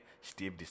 Steve